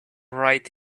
right